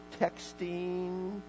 texting